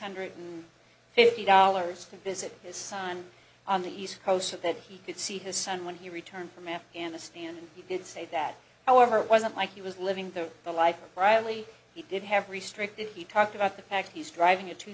hundred fifty dollars to visit his son on the east coast of that he could see his son when he returned from afghanistan and he did say that however it wasn't like he was living the life of riley he did have restricted he talked about the fact he was driving a two